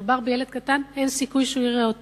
כשמדובר בילד קטן אין סיכוי שהוא יראה אותו.